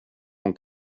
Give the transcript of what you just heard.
hon